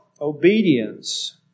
Obedience